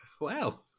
Wow